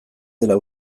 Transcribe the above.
dela